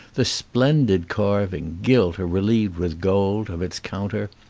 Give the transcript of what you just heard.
the splendid carving, gilt or relieved with gold, of its counter,